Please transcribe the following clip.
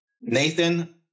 Nathan